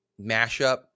mashup